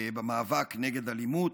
במאבק נגד אלימות,